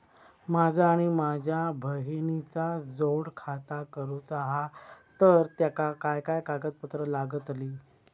माझा आणि माझ्या बहिणीचा जोड खाता करूचा हा तर तेका काय काय कागदपत्र लागतली?